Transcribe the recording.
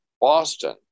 Boston